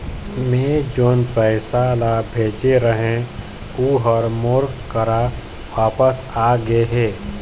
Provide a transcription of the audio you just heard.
मै जोन पैसा ला भेजे रहें, ऊ हर मोर करा वापिस आ गे हे